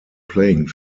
playing